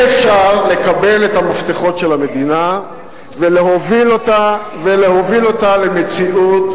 אי-אפשר לקבל את המפתחות של המדינה ולהוביל אותה למציאות,